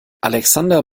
alexander